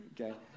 okay